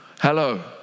Hello